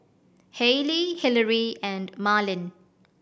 Hailey Hillery and Marlin